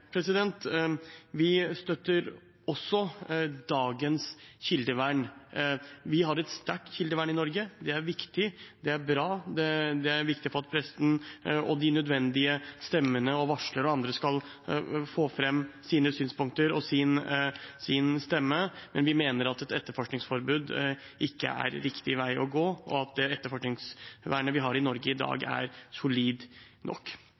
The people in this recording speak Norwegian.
Vi støtter også dagens kildevern. Vi har et sterkt kildevern i Norge. Det er viktig, det er bra. Det er viktig for at pressen og de nødvendige stemmene, varslerne og andre skal få fram sine synspunkter og sin stemme, men vi mener at et etterforskningsforbud ikke er riktig vei å gå, og at det etterforskningsvernet vi har i Norge i dag, er solid nok.